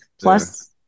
Plus